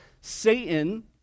Satan